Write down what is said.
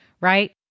right